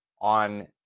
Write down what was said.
on